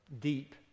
deep